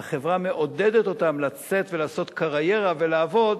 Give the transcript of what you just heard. החברה מעודדת אותם לצאת ולעשות קריירה ולעבוד,